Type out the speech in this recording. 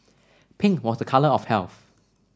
pink was a colour of health